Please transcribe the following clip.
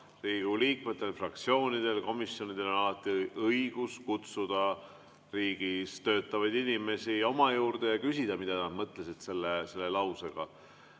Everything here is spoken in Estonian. liikmetel, fraktsioonidel, komisjonidel on õigus kutsuda riigis töötavaid inimesi oma juurde ja küsida, mida nad mõtlesid selle lausega.